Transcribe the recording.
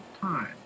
time